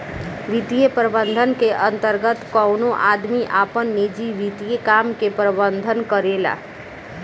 वित्तीय प्रबंधन के अंतर्गत कवनो आदमी आपन निजी वित्तीय काम के प्रबंधन करेला